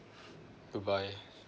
goodbye